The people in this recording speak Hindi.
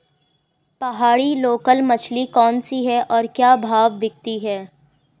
पहाड़ी लोकल मछली कौन सी है और क्या भाव बिकती है?